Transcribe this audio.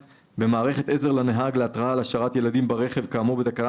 " במערכת עזר לנהג להתרעה על השארת ילדים ברכב כאמור בתקנה